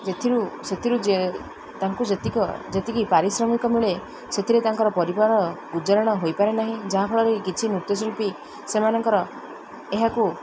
ଯେଥିରୁ ସେଥିରୁ ଯେ ତାଙ୍କୁ ଯେତିକ ଯେତିକି ପାରିଶ୍ରମିକ ମିଳେ ସେଥିରେ ତାଙ୍କର ପରିବାର ଗୁଜାରଣ ହୋଇପାରେ ନାହିଁ ଯାହାଫଳରେ କିଛି ନୃତ୍ୟଶିଳ୍ପୀ ସେମାନଙ୍କର ଏହାକୁ